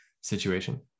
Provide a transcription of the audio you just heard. situation